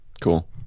Cool